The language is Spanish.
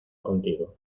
contigo